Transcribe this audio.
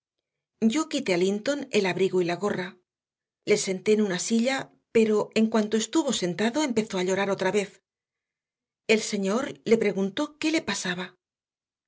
té yo quité a linton el abrigo y la gorra le senté en una silla pero en cuanto estuvo sentado empezó a llorar otra vez el señor le preguntó qué le pasaba